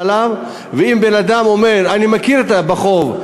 ואם אדם אומר: אני מכיר בחוב,